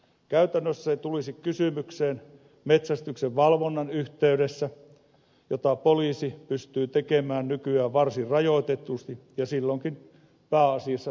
käytännössä se tulisi kysymykseen metsästyksen valvonnan yhteydessä jota poliisi pystyy tekemään nykyään varsin rajoitetusti ja silloinkin pääasiassa tiestöllä